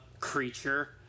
creature